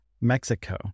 Mexico